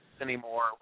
anymore